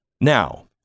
Now